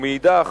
ומאידך